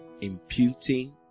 imputing